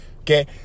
Okay